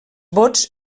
vots